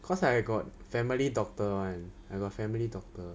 cause I got family doctor [one] I got family doctor